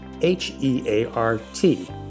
h-e-a-r-t